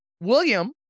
William